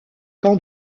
camp